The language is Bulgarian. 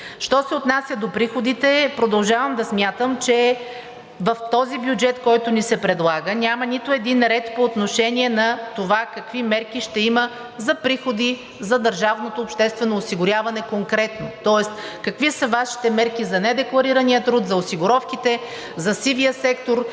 Що се отнася до приходите – продължавам да смятам, че в този бюджет, който ни се предлага, няма нито един ред по отношение на това какви мерки ще има за приходи за държавното обществено осигуряване конкретно. Тоест какви са Вашите мерки за недекларирания труд, за осигуровките, за сивия сектор,